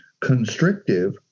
constrictive